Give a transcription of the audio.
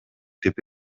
деп